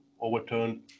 overturned